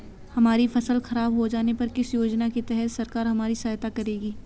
हमारी फसल खराब हो जाने पर किस योजना के तहत सरकार हमारी सहायता करेगी?